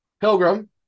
pilgrim